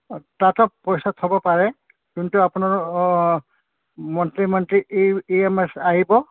অঁ তাতো পইচা থ'ব পাৰে কিন্তু আপোনাৰ monthly monthly E M I আহিব